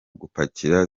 gupakira